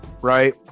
right